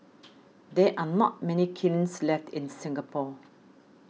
there are not many kilns left in Singapore